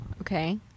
Okay